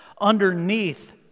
underneath